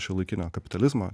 šiuolaikinio kapitalizmo